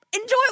enjoy